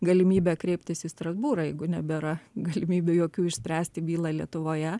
galimybę kreiptis į strasbūrą jeigu nebėra galimybių jokių išspręsti bylą lietuvoje